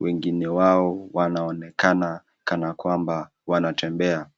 wengine wao wanaonekana kanakwamba wanatembea.